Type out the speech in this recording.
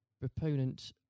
proponent